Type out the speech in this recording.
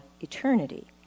eternity